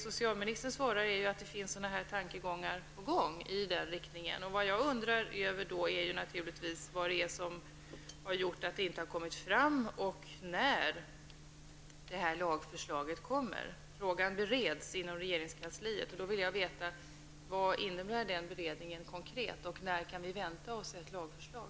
Socialministern svarar att tankegångar i den riktningen är på gång. Jag undrar naturligtvis varför något sådant lagförslag inte har lagts fram och när detta lagförslag kommer att läggas fram. Frågan bereds inom regeringskansliet. Jag vill veta vad den beredningen innebär konkret och när vi kan vänta oss ett lagförslag.